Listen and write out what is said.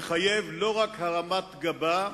מחייבים לא רק הרמת גבה,